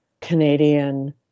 Canadian